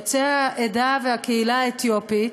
יוצא העדה והקהילה האתיופית,